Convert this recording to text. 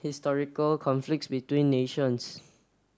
historical conflicts between nations